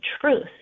truth